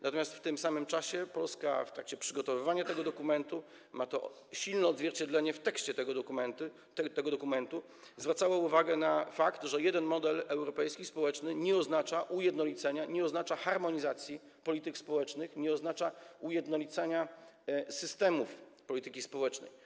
Natomiast w tym samym czasie Polska w trakcie przygotowywania tego dokumentu - ma to silne odzwierciedlenie w tekście tego dokumentu - zwracała uwagę na fakt, że jeden europejski model społeczny nie oznacza ujednolicenia, nie oznacza harmonizacji polityk społecznych, nie oznacza ujednolicenia systemów polityki społecznej.